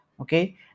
okay